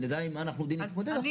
שנדע עם מה אנחנו עומדים להתמודד.